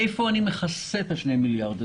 מאיפה אני מכסה את ה-2 מיליארד האלה?